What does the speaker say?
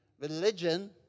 religion